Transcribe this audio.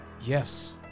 Yes